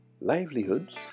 livelihoods